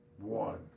One